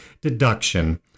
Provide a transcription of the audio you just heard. deduction